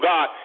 God